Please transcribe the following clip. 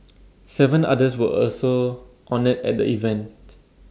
Seven others were also honoured at the event